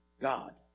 God